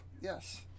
Yes